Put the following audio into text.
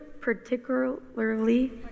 particularly